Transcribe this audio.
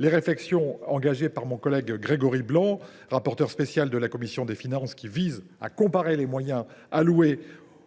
les réflexions engagées par mon collègue Grégory Blanc, rapporteur spécial de la commission des finances, qui visent à comparer les moyens alloués